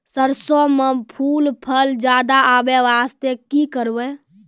सरसों म फूल फल ज्यादा आबै बास्ते कि करबै?